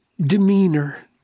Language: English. demeanor